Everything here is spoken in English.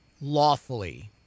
lawfully